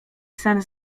sen